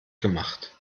gemacht